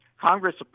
Congress